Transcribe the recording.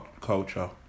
culture